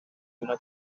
una